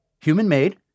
Human-made